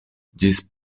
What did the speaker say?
ĝis